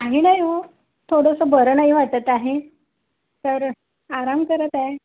आणि नाही ओ थोडंसं बरं नाही वाटत आहे तर आराम करत आहे